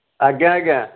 ଆଜ୍ଞା ଆଜ୍ଞା